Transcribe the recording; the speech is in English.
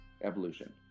evolution